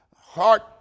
heart